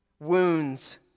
Wounds